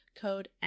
code